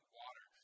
water